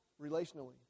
relationally